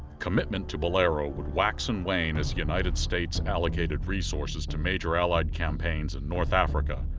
commitment to bolero would wax and wane as the united states allocated resources to major allied campaigns in north africa,